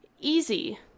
Easy